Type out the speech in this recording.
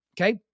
Okay